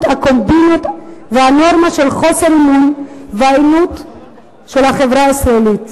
הקומבינות והנורמה של חוסר האמון והעימות בחברה הישראלית.